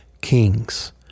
kings